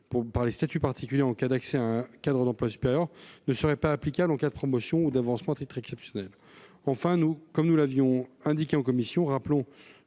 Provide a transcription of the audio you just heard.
par les statuts particuliers en cas d'accès à un cadre d'emploi supérieur ne seraient pas applicables en cas de promotion ou d'avancement à titre exceptionnel. Enfin, je réitère le rappel que j'ai formulé en commission : en